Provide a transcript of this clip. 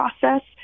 process